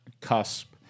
cusp